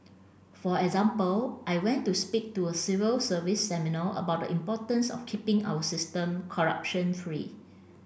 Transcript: for example I went to speak to a civil service seminal about the importance of keeping our system corruption free